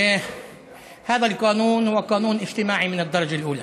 (אומר דברים בשפה הערבית,